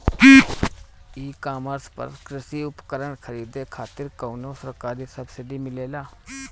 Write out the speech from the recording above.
ई कॉमर्स पर कृषी उपकरण खरीदे खातिर कउनो सरकारी सब्सीडी मिलेला?